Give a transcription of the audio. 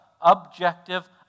objective